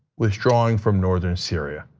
withdrawing from northern syria?